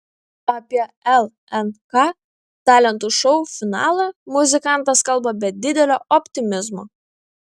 apie lnk talentų šou finalą muzikantas kalba be didelio optimizmo